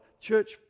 Church